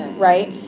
right?